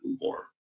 more